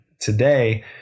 today